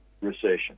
recession